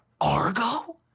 Argo